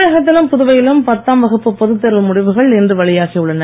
தமிழகத்திலும் புதுவையிலும் பத்தாம் வகுப்பு பொதுத் தேர்வு முடிவுகள் இன்று வெளியாகி உள்ளன